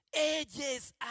Ages